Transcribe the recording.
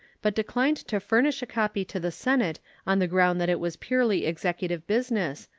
but declined to furnish a copy to the senate on the ground that it was purely executive business,